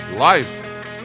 Life